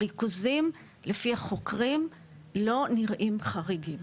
הריכוזים לפי החוקרים לא נראים חריגים,